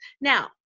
Now